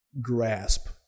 grasp